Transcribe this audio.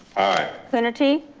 aye. coonerty.